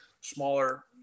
smaller